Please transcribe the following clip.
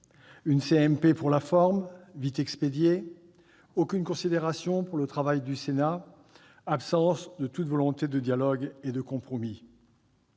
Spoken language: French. pour la forme, vite expédiée, aucune considération pour le travail du Sénat, absence de toute volonté de dialogue et de compromis.